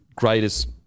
greatest